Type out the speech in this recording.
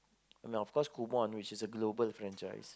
and of course Kumon which is a global franchise